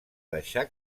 deixar